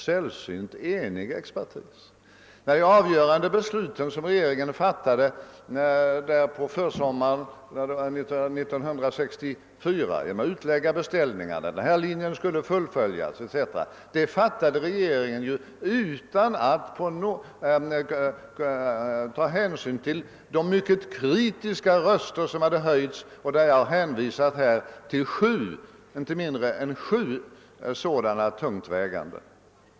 Vid de avgörande besluten, som regeringen fattade på försommaren 1964 genom att lägga ut beställningarna, och därigenom förklara att den hittillsvarande linjen skall fullföljas etc., tog regeringen ju inte hänsyn till de mycket kritiska röster som hade höjts — jag har hänvisat till inte mindre än sju tungt vägande uttalanden.